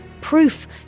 Proof